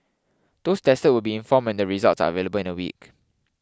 those tested will be informed when the results are available in a week